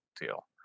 deal